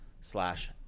slash